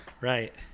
Right